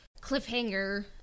cliffhanger